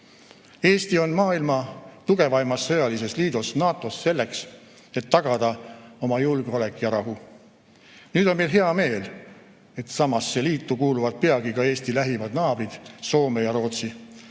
Eesti on maailma tugevaimas sõjalises liidus NATO-s selleks, et tagada oma julgeolek ja rahu. Nüüd on meil hea meel, et samasse liitu kuuluvad peagi ka Eesti lähimad naabrid Soome ja Rootsi,